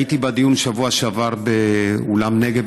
הייתי בדיון בשבוע שעבר באולם נגב,